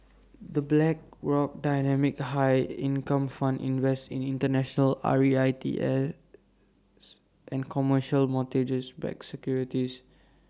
the Blackrock dynamic high income fund invests in International R E I T S and commercial mortgage backed securities